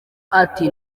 ati